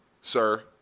sir